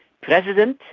president,